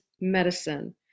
medicine